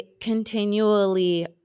continually